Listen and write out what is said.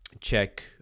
check